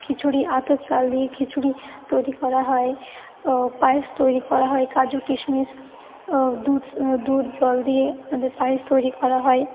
খিচুড়ি আতপ চাল দিয়ে খিচুড়ি তৈরি করা হয় পায়েস তৈরি করা হয় কাজু কিশমিশ দুধস দুধ জল দিয়ে আমাদের পায়েস তৈরি করা হয়